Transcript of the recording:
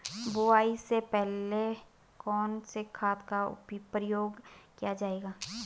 बुआई से पहले कौन से खाद का प्रयोग किया जायेगा?